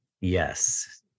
Yes